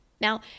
Now